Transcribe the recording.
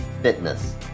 fitness